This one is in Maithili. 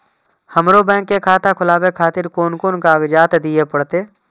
हमरो बैंक के खाता खोलाबे खातिर कोन कोन कागजात दीये परतें?